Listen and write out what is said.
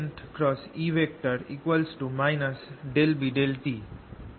এটা আমরা অনেক বার সমাধান করেছি